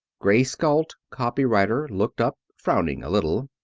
grace galt, copy-writer, looked up, frowning a little.